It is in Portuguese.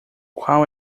qual